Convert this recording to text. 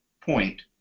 point